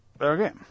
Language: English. Okay